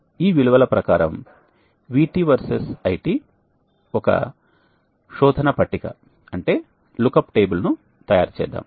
ఈ విలువల ప్రకారం VT వర్సెస్ IT ఒక శోధన పట్టిక ను తయారు చేద్దాం